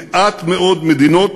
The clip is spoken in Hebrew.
מעט מאוד מדינות